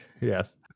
Yes